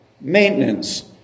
maintenance